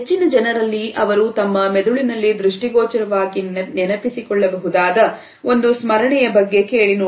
ಹೆಚ್ಚಿನ ಜನರಲ್ಲಿ ಅವರು ತಮ್ಮ ಮೆದುಳಿನಲ್ಲಿ ದೃಷ್ಟಿಗೋಚರ ವಾಗಿ ನೆನಪಿಸಿಕೊಳ್ಳಬಹುದಾದ ಒಂದು ಸ್ಮರಣೆಯ ಬಗ್ಗೆ ಕೇಳಿನೋಡಿ